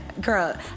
girl